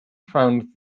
found